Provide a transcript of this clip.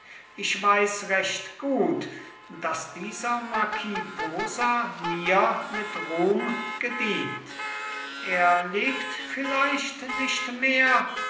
ich weiß recht gut daß dieser marquis posa mir mit ruhm gedient er lebt vielleicht nicht mehr